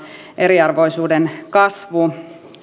eriarvoisuuden kasvu köyhyys